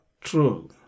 true